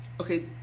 Okay